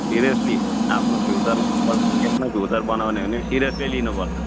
seriously आफ्नो future future बनाउने हो भने सिरियसली लिनुपर्छ